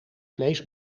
vlees